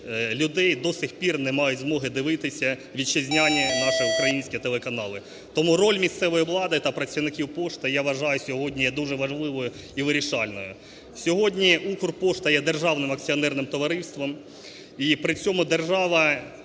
людей до сих пір не мають змоги дивитися вітчизняні наші українські телеканали. Тому роль місцевої влади та працівників пошти, я вважаю, сьогодні є дуже важливою і вирішальною. Сьогодні "Укрпошта" є державним акціонерним товариством. І при цьому держава,